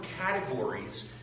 categories